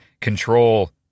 control